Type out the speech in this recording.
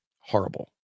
Horrible